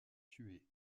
tué